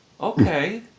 okay